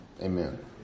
Amen